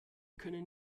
können